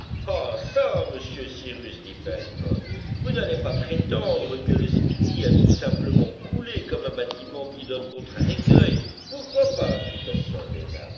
ah çà monsieur cyrus dit pencroff vous n'allez pas prétendre que le speedy a tout simplement coulé comme un bâtiment qui donne contre un écueil pourquoi pas